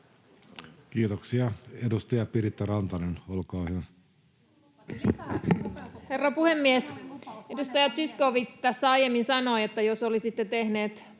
Kiitoksia. — Edustaja Piritta Rantanen, olkaa hyvä. Herra puhemies! Edustaja Zyskowicz tässä aiemmin sanoi, että jos olisitte tehneet